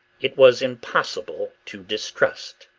it was impossible to distrust.